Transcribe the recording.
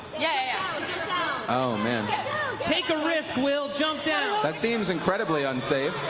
yeah um and take a risk, will, jump down. that seems incredibly unsafe,